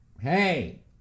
Hey